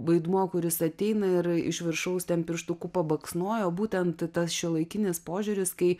vaidmuo kuris ateina ir iš viršaus ten pirštuku pabaksnojo būtent tas šiuolaikinis požiūris kai